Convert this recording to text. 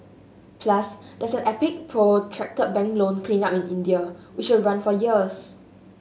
plus there's an epic protracted bank loan cleanup in India which will run for years